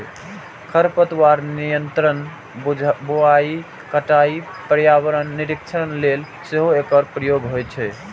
खरपतवार नियंत्रण, बुआइ, कटाइ, पर्यावरण निरीक्षण लेल सेहो एकर प्रयोग होइ छै